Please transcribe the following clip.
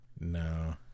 No